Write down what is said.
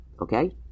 Okay